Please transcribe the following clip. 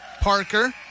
Parker